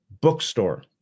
bookstore